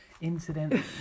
Incidentally